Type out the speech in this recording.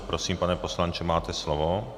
Prosím, pane poslanče, máte slovo.